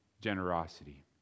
generosity